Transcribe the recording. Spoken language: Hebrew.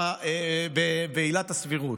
בעילת הסבירות.